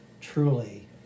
truly